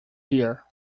here